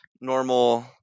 normal